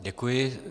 Děkuji.